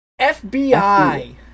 FBI